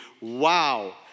Wow